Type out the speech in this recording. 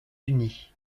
unis